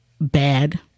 bad